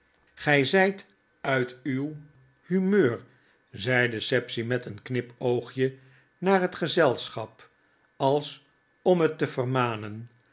gy zijt uit uw humeur zeide sapsea met een knipoogje naar het gezelschap als om het te vermanen